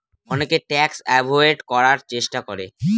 অনেকে tax avoid করার চেষ্টা করে